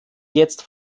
jetzt